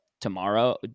tomorrow